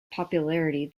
popularity